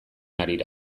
harira